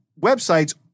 websites